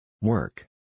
Work